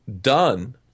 done